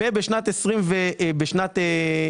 בשנת 24',